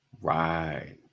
Right